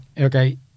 okay